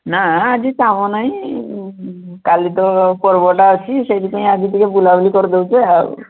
ନା ଆଜି କାମ ନାହିଁ କାଲି ତ ପର୍ବଟା ଅଛି ସେଇଥି ପାଇଁ ଆଜି ଟିକେ ବୁଲା ବୁଲି କରି ଦେଉଛି ଆଉ